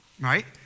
right